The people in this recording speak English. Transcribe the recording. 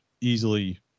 easily